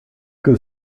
que